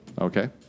okay